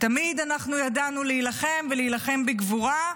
תמיד ידענו להילחם, ולהילחם בגבורה,